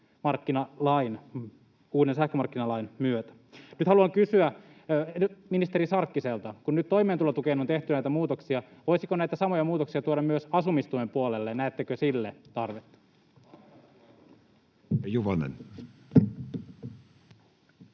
uuden sähkömarkkinalain myötä. Nyt haluan kysyä ministeri Sarkkiselta: Kun nyt toimeentulotukeen on tehty näitä muutoksia, voisiko näitä samoja muutoksia tuoda myös asumistuen puolelle? Näettekö sille tarvetta? Edustaja